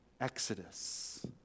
Exodus